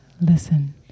listen